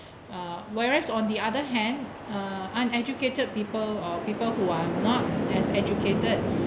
uh whereas on the other hand uh uneducated people or people who are not as educated